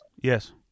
Yes